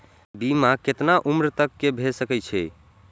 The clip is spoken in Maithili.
बीमा केतना उम्र तक के भे सके छै?